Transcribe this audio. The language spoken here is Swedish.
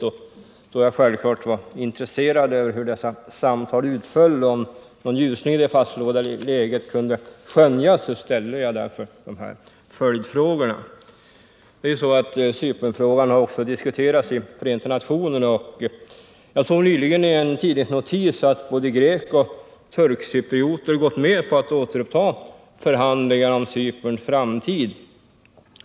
Eftersom jag självfallet gärna ville veta hur dessa samtal utföll och om någon ljusning i det fastlåsta läget kunde skönjas, ställde jag ett par följdfrågor. Cypernfrågan har ju diskuterats i Förenta nationerna. Och nyligen såg jag i en tidningsnotis att både grekcyprioter och turkcyprioter gått med på att återuppta förhandlingar om Cyperns framtid.